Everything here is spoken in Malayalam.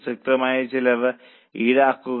പ്രസക്തമായ ചിലവ് ഈടാക്കുക